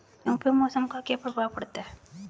गेहूँ पे मौसम का क्या प्रभाव पड़ता है?